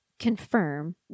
confirm